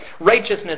Righteousness